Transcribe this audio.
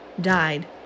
died